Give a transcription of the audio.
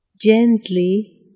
gently